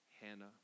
Hannah